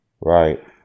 Right